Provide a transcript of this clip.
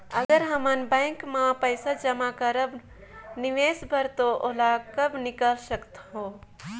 अगर हमन बैंक म पइसा जमा करब निवेश बर तो ओला कब निकाल सकत हो?